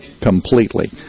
completely